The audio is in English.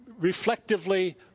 reflectively